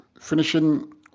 finishing